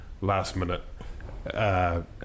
last-minute